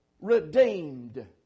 redeemed